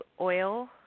oil